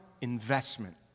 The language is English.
investment